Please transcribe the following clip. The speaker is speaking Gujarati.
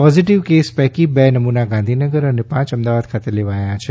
પોઝિટિવ કેસ પૈકી બે નમૂના ગાંધીનગર અને પાંચ અમદાવાદ ખાતે લેવાયા છે